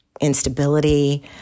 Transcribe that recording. instability